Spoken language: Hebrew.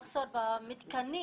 מחסור במתקנים,